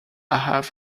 half